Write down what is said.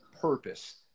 purpose